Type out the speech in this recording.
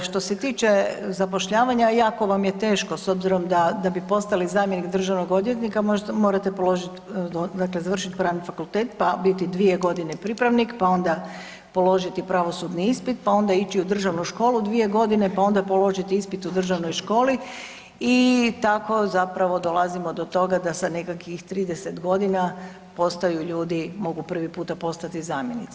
Što se tiče zapošljavanje, jako vam je teško s obzirom da bi postali zamjenik državnog odvjetnika morate položit, dakle završit Pravni fakultet pa biti 2 g. pripravnik pa onda položiti pravosudni ispit pa ići u državnu školu 2 g. pa onda položiti ispit u državnoj školi i tako zapravo dolazimo do toga da sa nekakvih 30 g. postaju ljudi, mogu prvi puta postati zamjenici.